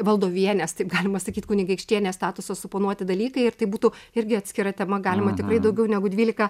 valdovienės taip galima sakyt kunigaikštienės statuso suponuoti dalykai ir tai būtų irgi atskira tema galima tikrai daugiau negu dvylika